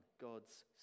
God's